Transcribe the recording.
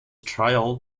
trial